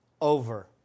over